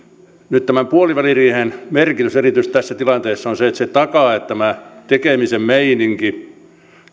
nyt tämän puoliväliriihen merkitys erityisesti tässä tilanteessa on se että se takaa että tämä tekemisen meininki